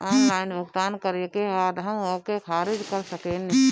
Online भुगतान करे के बाद हम ओके खारिज कर सकेनि?